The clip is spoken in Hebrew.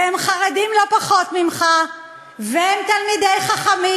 והם חרדים לא פחות ממך והם תלמידי חכמים.